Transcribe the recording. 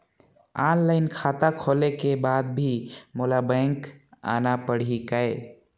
Online खाता खोले के बाद भी मोला बैंक आना पड़ही काय?